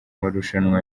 marushanwa